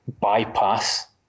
bypass